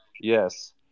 yes